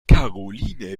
karoline